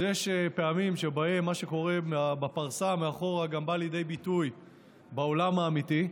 יש פעמים שבהן מה שקורה בפרסה מאחור גם בא לידי ביטוי בעולם האמיתי.